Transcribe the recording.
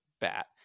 bat